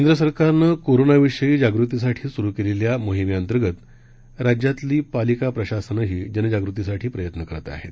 केंद्र सरकारनं कोरोनाविषयी जागृतीसाठी सुरु केलेल्या या मोहीमेअंतर्गत राज्यातली पालिका प्रशासनंही जनजागृतीसाठी प्रयत्न करत आहे